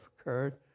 occurred